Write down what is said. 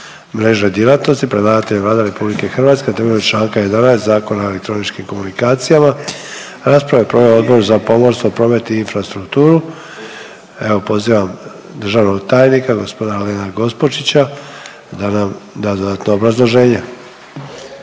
mrežne djelatnosti Predlagatelj je Vlada RH temeljem Članka 11. Zakona o elektroničkim komunikacijama. Raspravu je proveo Odbor za pomorstvo, promet i infrastrukturu. Evo pozivam državnog tajnika gospodina Alena Gospočića da nam da dodatno obrazloženje.